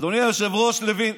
אדוני היושב-ראש לוין,